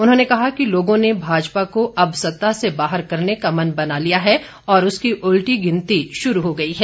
उन्होंने कहा कि लोगों ने भाजपा को अब सत्ता से बाहर करने का मन बना लिया है और उसकी उल्टी गिनती शुरू हो गई है